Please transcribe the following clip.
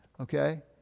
Okay